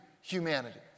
humanity